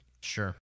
Sure